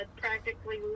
practically